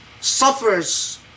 suffers